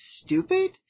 stupid